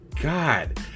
god